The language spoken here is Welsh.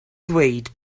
dweud